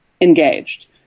engaged